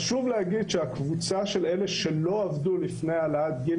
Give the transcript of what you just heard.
חשוב להגיד שהקבוצה של אלה שלא עבדו לפני העלאת גיל